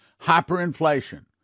Hyperinflation